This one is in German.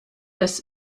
das